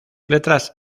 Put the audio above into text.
letras